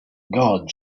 gods